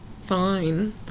fine